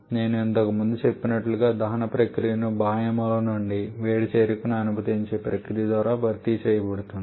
నేను ఇంతకు ముందు చెప్పినట్లుగా దహన ప్రక్రియను బాహ్య మూలం నుండి వేడి చేరికను అనుమతించే ప్రక్రియ ద్వారా భర్తీ చేయబడుతుంది